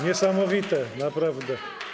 Niesamowite, naprawdę.